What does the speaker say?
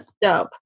Dope